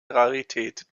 rarität